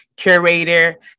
Curator